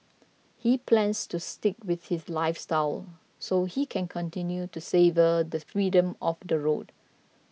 he plans to stick with this lifestyle so he can continue to savour the freedom of the road